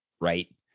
right